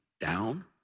down